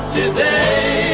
today